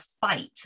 fight